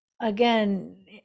again